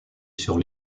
sur